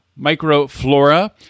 microflora